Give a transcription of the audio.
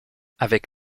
avec